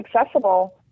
accessible